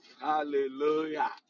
Hallelujah